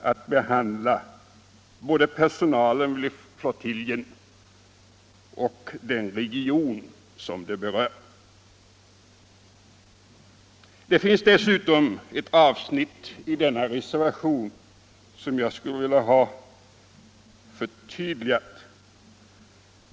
att behandla både personalen vid flottiljen och den region som berörs. Det finns dessutom ett avsnitt i denna reservation som jag skulle vilja ha förtydligat.